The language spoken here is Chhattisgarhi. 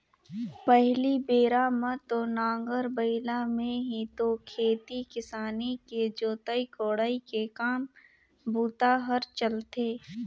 पहिली बेरा म तो नांगर बइला में ही तो खेती किसानी के जोतई कोड़ई के काम बूता हर चलथे